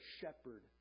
shepherd